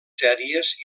sèries